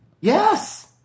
Yes